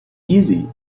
easy